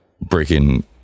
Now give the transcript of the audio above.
breaking